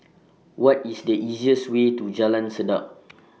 What IS The easiest Way to Jalan Sedap